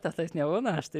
tau taip nebūna aš tai